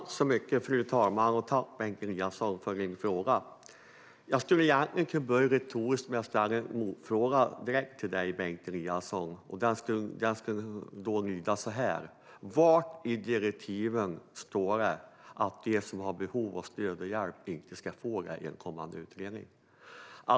Fru talman! Tack, Bengt Eliasson, för din fråga! Jag skulle kunna börja retoriskt och ställa en motfråga direkt till dig, Bengt Eliasson. Den skulle lyda så här: Var i direktiven står det att de som har behov av stöd och hjälp inte ska få det?